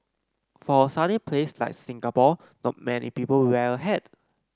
for a sunny place like Singapore not many people wear a hat